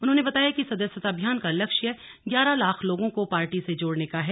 उन्होंने बताया कि सदस्यता अभियान का लक्ष्य ग्यारह लाख लोगों को पार्टी से जोड़ने का है